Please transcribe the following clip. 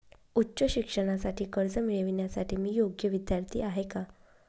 उच्च शिक्षणासाठी कर्ज मिळविण्यासाठी मी योग्य विद्यार्थी आहे का?